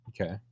Okay